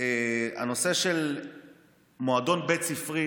הנושא של מועדון בית ספרי,